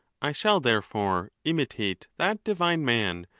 i shall, therefore, imitate that divine man,